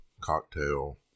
cocktail